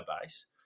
base